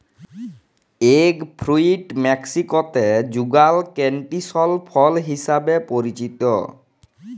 egg fruit মেক্সিকোতে যুগাল canistel ফল হিসেবে পরিচিত